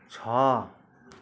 छ